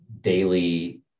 daily